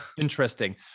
interesting